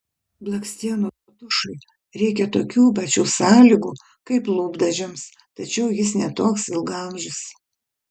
blakstienų tušui reikia tokių pačių sąlygų kaip lūpdažiams tačiau jis ne toks ilgaamžis